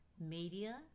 media